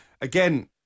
Again